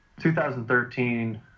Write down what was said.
2013